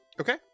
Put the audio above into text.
Okay